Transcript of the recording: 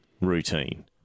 routine